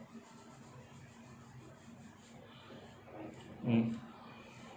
mm